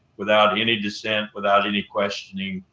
without any dissent, without any questioning,